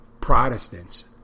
Protestants